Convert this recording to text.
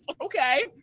Okay